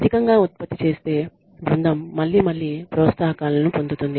అధికంగా ఉత్పత్తి చేసే బృందం మళ్లీ మళ్లీ ప్రోత్సాహకాలను పొందుతుంది